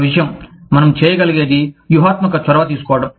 ఒక విషయం మనం చేయగలిగేది వ్యూహాత్మక చొరవ తీసుకోవడం